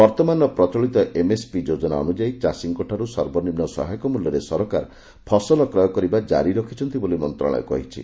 ବର୍ତ୍ତମାନର ପ୍ରଚଳିତ ଏମ୍ଏସ୍ପି ଯୋଜନା ଅନୁଯାୟୀ ଚାଷୀଙ୍କଠାରୁ ସର୍ବନିମ୍ନ ସହାୟକ ମୂଲ୍ୟରେ ସରକାର ଫସଲ କ୍ରୟ କରିବା କାରି ରଖିଛନ୍ତି ବୋଲି ମନ୍ତ୍ରଣାଳୟ କହିଛି